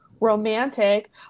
romantic